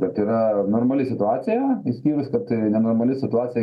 kad yra normali situacija išskyrus kad nenormali situacija